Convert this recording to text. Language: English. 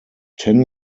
ten